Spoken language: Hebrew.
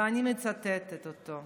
ואני מצטטת אותו: